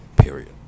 Period